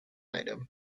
item